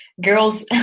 girls